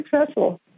successful